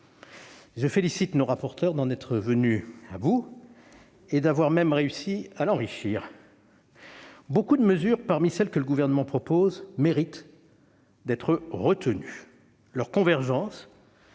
Je félicite nos rapporteures d'en être venues à bout et d'avoir même réussi à l'enrichir. Beaucoup de mesures parmi celles que le Gouvernement propose méritent d'être retenues. Leur convergence